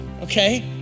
okay